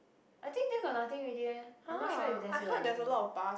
I think there got nothing already eh I'm not sure if there still got anything